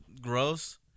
gross